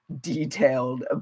detailed